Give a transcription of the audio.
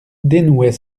dénouait